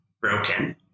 broken